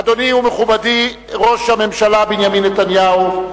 אדוני ומכובדי ראש הממשלה בנימין נתניהו,